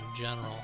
general